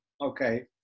Okay